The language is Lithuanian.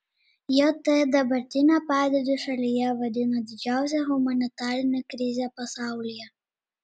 jt dabartinę padėtį šalyje vadina didžiausia humanitarine krize pasaulyje